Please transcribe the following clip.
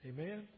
Amen